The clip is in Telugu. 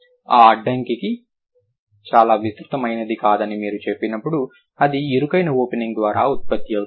ఆ అడ్డంకి చాలా విస్తృతమైనది కాదని మీరు చెప్పినప్పుడు ఇది ఇరుకైన ఓపెనింగ్ ద్వారా ఉత్పత్తి అవుతుంది